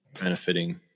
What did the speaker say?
benefiting